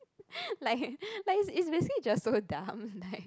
like like it's it's basically just so dumb like